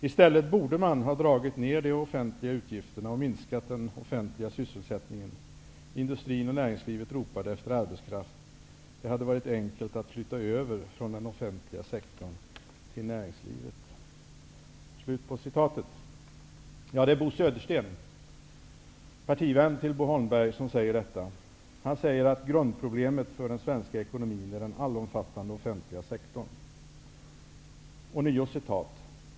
I stället borde man ha dragit ner de offentliga utgifterna och minskat den offentliga sysselsättningen. Industrin och näringslivet ropade efter arbetskraft. Det hade varit enkelt att flytta över från den offentliga sektorn till näringslivet.'' Det är Bo Södersten, partivän till Bo Holmberg, som säger detta. Han säger dessutom: ''Grundproblemet för den svenska ekonomin är den allomfattande offentliga sektorn.